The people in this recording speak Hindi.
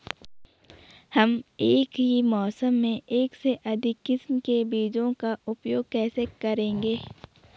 हम एक ही मौसम में एक से अधिक किस्म के बीजों का उपयोग कैसे करेंगे?